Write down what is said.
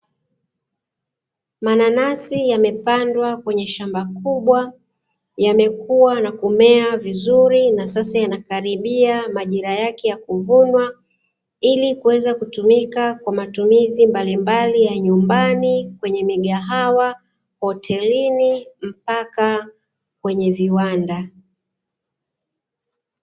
Manasi yamepandwa kwenye shamba kubwa yamekuwa na kumea vizuri na sasa yanakaribia majira yake ya kuvunwa ili kuweza kutumika kwa matumizi mbalimbali ya nyumbani kwenye migahawa, hotelini mpaka kwenye viwanda.